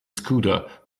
scooter